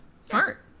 Smart